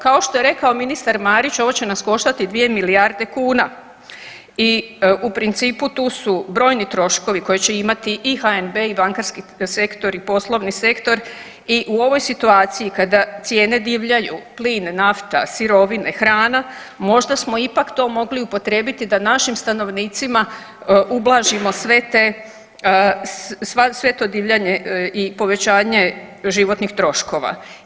Kao što je rekao ministar Marić ovo će nas koštati 2 milijarde kuna i u principu tu su brojni troškovi koje će imati i HNB i bankarski sektor i poslovni sektor i u ovoj situaciji kada cijene divljaju plin, nafta, sirovine, hrana, možda smo ipak to mogli upotrijebiti da našim stanovnicima ublažimo sve te, sve to divljanje i povećanje životnih troškova.